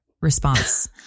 response